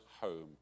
home